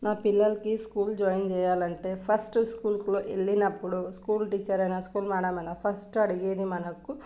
నా పిల్లలకి school join చేయాలంటే ఫస్ట్ స్కూల్ కు వెళ్ళినప్పుడు స్కూల్ స్కూల్ టీచర్ అయినా స్కూల్ మ్యాడమ్ అయినా ఫస్ట్ అడిగేది మనకు